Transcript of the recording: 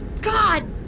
God